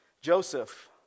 Joseph